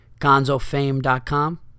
gonzofame.com